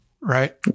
right